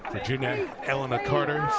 virginia eleanor carter